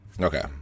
Okay